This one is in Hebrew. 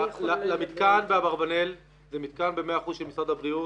למתקן באברבאנל זה מתקן ב-100% של משרד הבריאות